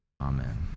Amen